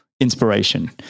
inspiration